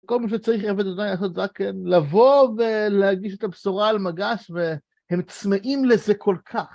כל מי שצריך לעבוד איתו כן, לבוא ולהגיש את הבשורה על מגש, והם צמאים לזה כל כך.